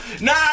Nah